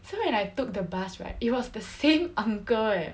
so when I took the bus right it was the same uncle eh